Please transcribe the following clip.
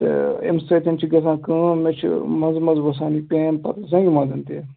تہٕ اَمہِ سۭتۍ چھُ گژھان کٲم مےٚ چھُ مَنٛزٕ مَنٛزٕ وَسان یہِ پین پتہٕ زَنگہِ مَنٛز تہِ